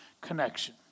connection